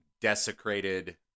desecrated